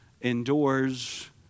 endures